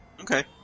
Okay